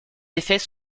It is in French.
effets